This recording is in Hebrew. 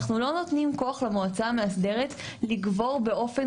אנחנו לא נותנים כוח למועצה המאסדרת לגבור באופן